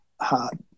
hard